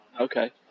Okay